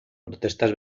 protestas